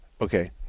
okay